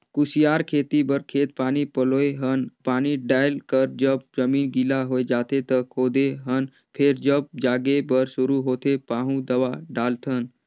कुसियार खेती बर खेत पानी पलोए हन पानी डायल कर जब जमीन गिला होए जाथें त खोदे हन फेर जब जागे बर शुरू होथे पाहु दवा डालथन